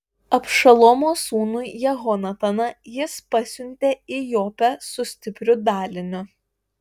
abšalomo sūnų jehonataną jis pasiuntė į jopę su stipriu daliniu